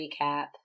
recap